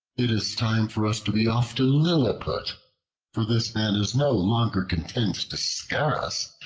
it is time for us to be off to liliput for this man is no longer content to scare us,